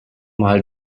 mal